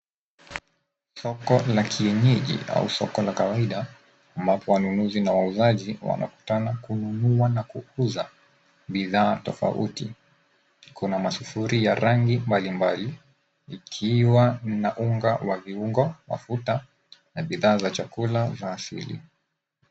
Soko la kienyeji, au soko la kawaida, ambapo wanunuzi na wauzaji wanakutana kununua na kuuza bidhaa tofauti. Kuna masufuri ya rangi mbalimbali, ikiwa na unga wa viungo, mafuta, na bidhaa za chakula, za asili.